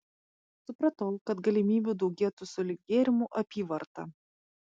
supratau kad galimybių daugėtų sulig gėrimų apyvarta